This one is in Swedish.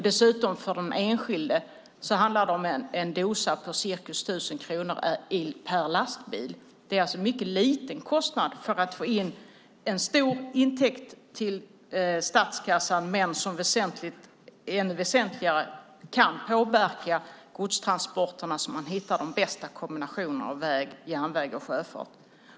Dessutom handlar det för den enskilde om en dosa för ca 1 000 kronor per lastbil. Det är alltså en mycket liten kostnad för att få in en stor intäkt till statskassan som väsentligt kan påverka godstransporterna så att man hittar de bästa kombinationerna av väg, järnväg och sjöfart.